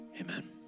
amen